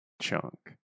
chunk